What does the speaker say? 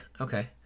okay